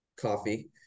coffee